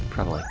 friend like